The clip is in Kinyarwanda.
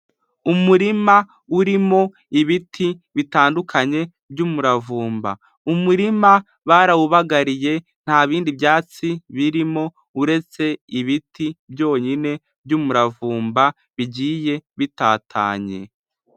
Umurima urimo ibiti bitandukanye by'umuravumba, umurima barawubagariye, nta bindi byatsi birimo uretse ibiti byonyine by'umuravumba, bigiye bitatanye.